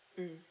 mm